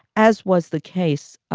as was the case.